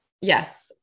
Yes